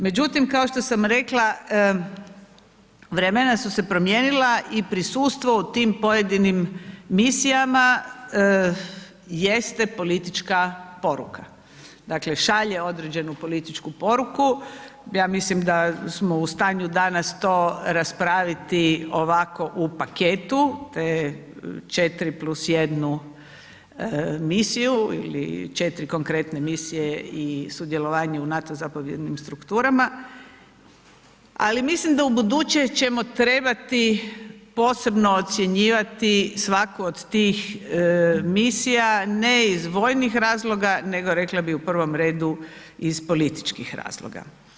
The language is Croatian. Međutim, kao što sam rekla, vremena su se promijenila i prisustvo u tim pojedinim misijama jeste politička poruka, dakle šalje određenu političku poruku, ja mislim da smo u stanju danas to raspraviti ovako u paketu te 4 plus jednu misiju ili 4 konkretne misije i sudjelovanje u NATO zapovjednim strukturama ali mislim da ćemo ubuduće ćemo trebati posebno ocjenjivati svako od tih misija, ne z vojnih razloga nego rekla bi u prvom redu iz političkih razloga.